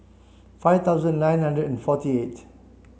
five thousand nine hundred and forty eight